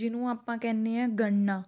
ਜਿਹਨੂੰ ਆਪਾਂ ਕਹਿੰਦੇ ਹਾਂ ਗਣਨਾ